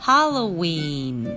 Halloween